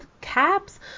Caps